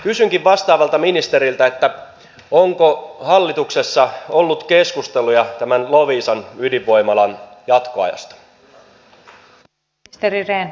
kysynkin vastaavalta ministeriltä onko hallituksessa ollut keskusteluja tämän loviisan ydinvoimalan jatkoajasta